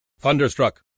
Thunderstruck